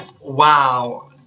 wow